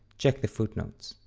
check the footnotes.